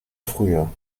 früher